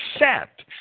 accept